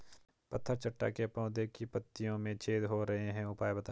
पत्थर चट्टा के पौधें की पत्तियों में छेद हो रहे हैं उपाय बताएं?